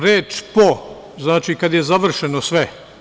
Reč: "po" znači kad je završeno sve.